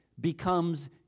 becomes